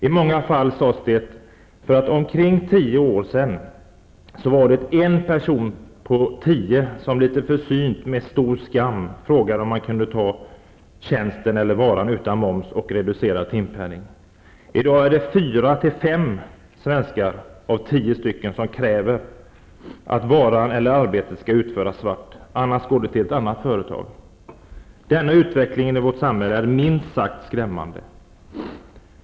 I många fall sades det att för omkring tio år sedan var det en person på tio som litet försynt och med stor skam frågade om han inte kunde betala tjänsten eller varan utan moms och med reducerad timpenning. I dag är det fyra eller fem svenskar av tio som kräver att företaget skall sälja varan eller arbetet svart, annars går de till ett annat företag. Denna utveckling i vårt samhälle är minst sagt skrämmande.